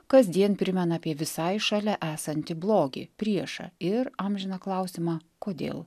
kasdien primena apie visai šalia esantį blogį priešą ir amžiną klausimą kodėl